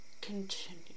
continue